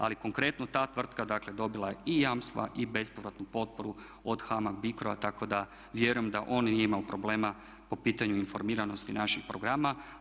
Ali konkretno, ta tvrtka dakle dobila je i jamstva i bespovratnu potporu od HAMAG BICRO-a tako da vjerujem da on nije imao problema po pitanju informiranosti naših programa.